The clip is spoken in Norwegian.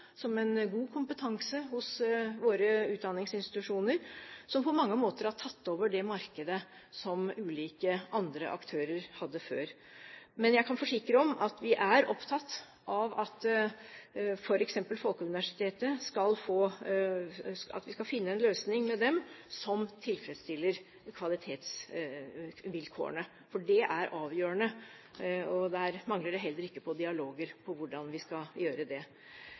som en god kompetanse hos våre utdanningsinstitusjoner, som på mange måter har tatt over det markedet som ulike andre aktører hadde før. Men jeg kan forsikre om at vi er opptatt av at vi skal finne en løsning f.eks. med Folkeuniversitetet som tilfredsstiller kvalitetsvilkårene. For det er avgjørende, og der mangler det heller ikke på dialoger om hvordan vi skal gjøre det.